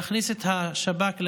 להכניס את שב"כ לאירוע,